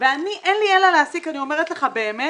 ואין לי אלא להסיק אני אומרת לך באמת